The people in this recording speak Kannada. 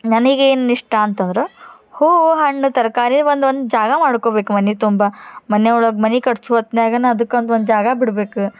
ನನಿಗೇನು ಇಷ್ಟ ಅಂತಂದ್ರೆ ಹೂವು ಹಣ್ಣು ತರಕಾರಿ ಒಂದೊಂದು ಜಾಗ ಮಾಡ್ಕೊಬೇಕು ಮನೆ ತುಂಬ ಮನೆ ಒಳಗೆ ಮನೆ ಕಟ್ಸುವ ಹೊತ್ನಾಗನಾ ಅದಕ್ಕೆ ಅಂತ ಒಂದು ಜಾಗ ಬಿಡ್ಬೇಕು